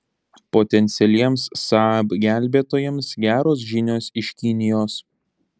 potencialiems saab gelbėtojams geros žinios iš kinijos